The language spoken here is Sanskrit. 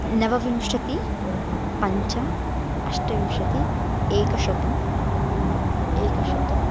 नवविंशति पञ्च अष्टविंशतिः एकशतम् एकशतम्